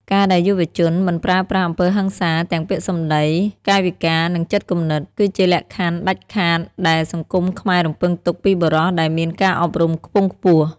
ការដែលយុវជន "មិនប្រើប្រាស់អំពើហិង្សា" ទាំងពាក្យសម្តី កាយវិការ និងចិត្តគំនិត គឺជាលក្ខខណ្ឌដាច់ខាតដែលសង្គមខ្មែររំពឹងទុកពីបុរសដែលមានការអប់រំខ្ពង់ខ្ពស់។